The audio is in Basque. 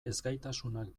ezgaitasunak